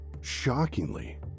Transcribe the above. Shockingly